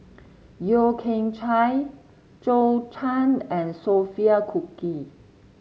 Yeo Kian Chai Zhou Can and Sophia Cooke